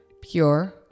pure